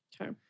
Okay